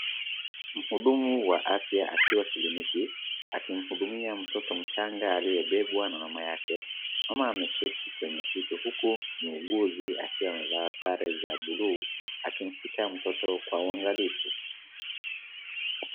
Mhudumu wa afya akiwa kliniki, akimhudumia mtoto mchanga aliyebebwa na mama yake. Mama ameketi kwenye kiti huku muuguzi akiwa amevaa sare za buluu akimshika mtoto kwa uangalifu.